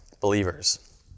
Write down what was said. believers